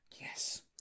Yes